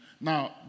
Now